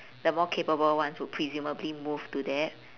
the more capable ones would presumably move to there